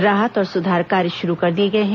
राहत और सुधार कार्य शुरू कर दिए गए हैं